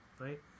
right